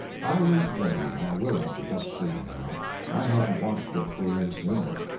i was ready and willing to get free now i hadn't wanted to get free any sooner.